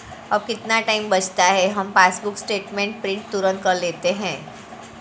अब कितना टाइम बचता है, हम पासबुक स्टेटमेंट प्रिंट तुरंत कर लेते हैं